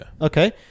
Okay